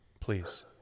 Please